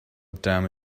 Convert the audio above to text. gonna